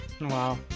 Wow